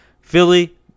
Philly